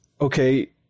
Okay